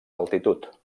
altitud